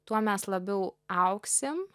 tuo mes labiau augsim